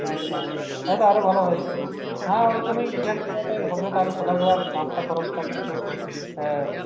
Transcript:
আচ্ছা তাহলে তো আরো ভালো হয় হ্যাঁ ওরকমই প্ল্যান করাটাই হবে তাহলে সকালবেলার নাস্তা খরচটা কিন্তু হ্যাঁ